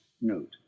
note